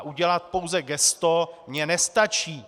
Udělat pouze gesto mně nestačí.